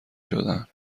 شدن